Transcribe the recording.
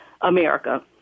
America